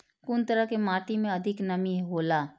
कुन तरह के माटी में अधिक नमी हौला?